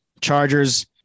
Chargers